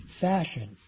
fashion